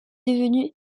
devenue